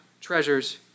treasures